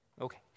Okay